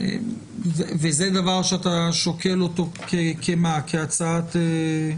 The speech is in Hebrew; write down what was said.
זה דבר שאתה שוקל אותו כהצעת פשרה?